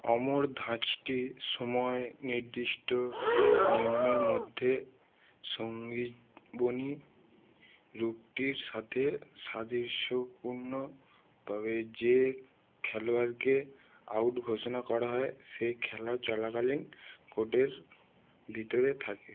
অমর ধাঁচটি সময় নির্দিষ্ট নিয়মের মধ্যে সঙ্গীবনী রূপটির সাথে সাদৃশ্যপূর্ণ তবে যে খেলোয়াড়কে আউট ঘোষণা করা হয় সে খেলা চলাকালীন কোর্টের ভিতরে থাকে